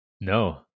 no